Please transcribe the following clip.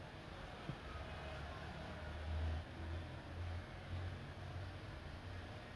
ah I like அந்த மாறி:antha maari movies and not because you know theri was also made by atlee right